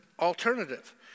alternative